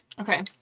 Okay